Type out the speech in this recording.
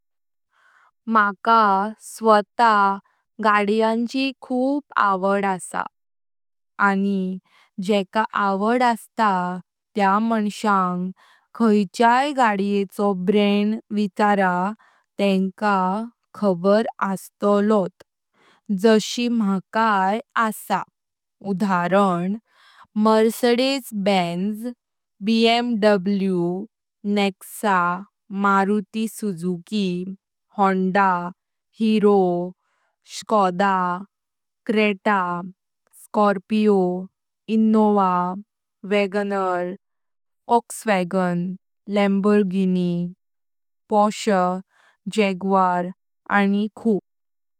मका स्वताक गड्यांची खूप आवड आसाआणि जेका आवड असतांत्या मान्श्याक खायच्याय गड्येचो ब्रँड विचारातेंकाखबर अस्तालोत। जशी माकाई आसाउदार्हरन Mercedes Benz, BMW, Nexa, Maruti Suzuki, Honda. Hero, Skoda, Creta, Scorpio, Innova, वेगanor, फोल्कस्वागन, लेम्बोर्गिनि, पोरश, जॅग्वारआणि खूप।